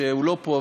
שאיננו פה,